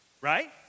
Right